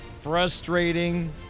frustrating